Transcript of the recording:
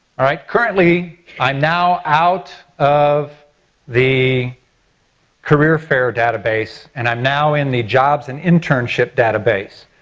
alright currently i'm now out of the career fair database and i'm now in the jobs and internships database.